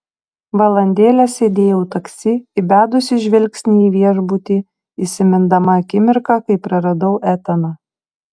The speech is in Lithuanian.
valandėlę sėdėjau taksi įbedusi žvilgsnį į viešbutį įsimindama akimirką kai praradau etaną